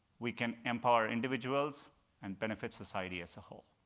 we can empower individuals and benefit society as a whole.